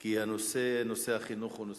כי נושא החינוך הוא חשוב.